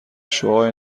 شعاع